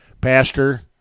Pastor